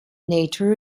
nature